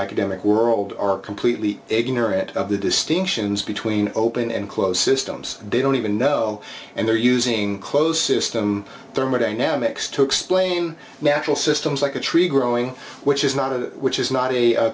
academic world are completely ignorant of the distinctions between open and closed systems they don't even know and they're using close system thermodynamics to explain natural systems like a tree growing which is not a which is not a